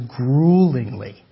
gruelingly